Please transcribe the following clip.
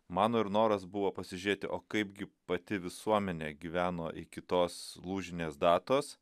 mano ir noras buvo pasižiūrėti o kaipgi pati visuomenė gyveno iki tos lūžinės datos